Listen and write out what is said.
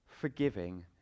forgiving